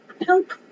help